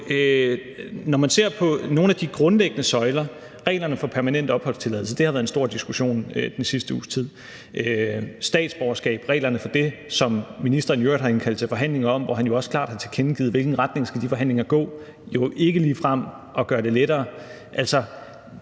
bliver det jo ikke ligefrem gjort lettere. Reglerne for permanent opholdstilladelse har været en stor diskussion den sidste uges tid, og det samme har statsborgerskab og reglerne for det, som ministeren i øvrigt har indkaldt til forhandlinger om, hvor han jo også klart har tilkendegivet, hvilken retning de forhandlinger skal gå i. Altså, jeg synes,